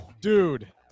Dude